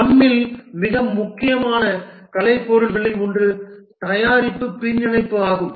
ஸ்க்ரமில் மிக முக்கியமான கலைப்பொருளில் ஒன்று தயாரிப்பு பின்னிணைப்பு ஆகும்